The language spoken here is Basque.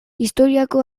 historiako